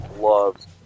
loves